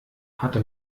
hatte